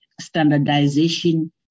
standardization